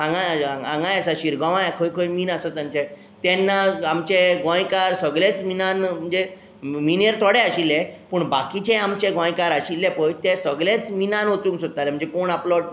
हांगाय आसा शिरगांवा खंय खंय मिन आसा तांचे तेन्ना आमचे गोंयकार सगलेंच मिनान म्हणजे मिनेर थोडें आशिल्ले पूण बाकिचें आमचें गोंयकार आशिल्ले ते पळय सगलेंच मिनान वचूंक सोदतालें म्हणजे कोण आपलो ट्रक